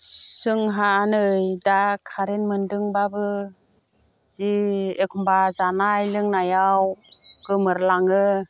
जोंहा नै दा कारेन्ट मोन्दोंब्लाबो जि एखमब्ला जानाय लोंनायाव गोमोरलाङो